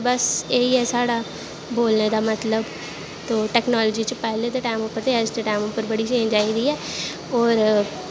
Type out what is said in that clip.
तोे बस एही ऐ साढ़ा बोलनें दा मतलव ते टैकनॉलजी बिच्च पैह्लें दे टैम उप्पर ते अज्ज दे टैम उप्पर बड़ा जादा चेंज़ आई दी ऐ और